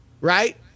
right